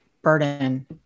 burden